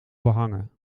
behangen